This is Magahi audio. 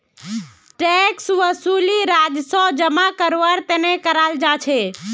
टैक्स वसूली राजस्व जमा करवार तने कराल जा छे